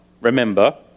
remember